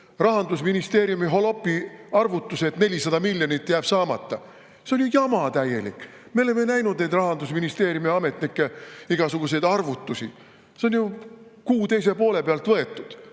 Rahandusministeeriumi holopi arvutuse, et 400 miljonit jääb saamata. See on ju jama täielik. Me oleme näinud neid Rahandusministeeriumi ametnike igasuguseid arvutusi. Need on ju Kuu teise poole pealt võetud,